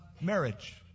marriage